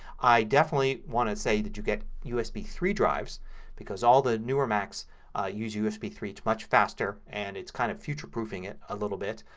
i definitely want to say that you get usb three drives because all the newer macs use usb three. it's much faster and it's kind of future proofing it a little bit.